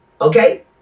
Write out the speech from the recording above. okay